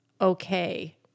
okay